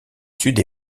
sud